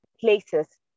places